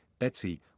Etsy